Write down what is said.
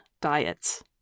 diets